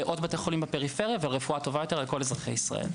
לבתי חולים נוספים בפריפריה ולרפואה טובה יותר לכל אזרחי ישראל.